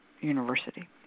university